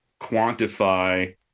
quantify